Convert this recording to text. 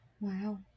Wow